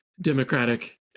democratic